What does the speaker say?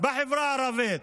בחברה הערבית.